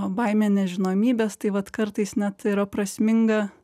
baimė nežinomybės tai vat kartais net yra prasminga